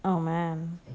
oh man